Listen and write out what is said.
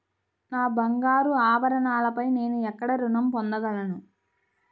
నా బంగారు ఆభరణాలపై నేను ఎక్కడ రుణం పొందగలను?